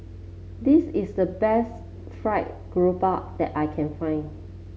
this is the best Fried Garoupa that I can find